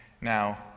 now